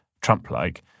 Trump-like